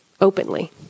openly